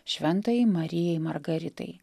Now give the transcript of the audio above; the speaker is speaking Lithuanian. šventajai marijai margaritai